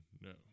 no